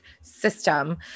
system